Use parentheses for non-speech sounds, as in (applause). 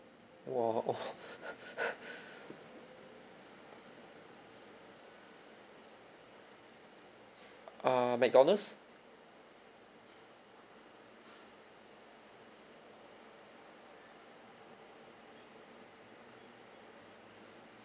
!wah! (noise) err McDonald's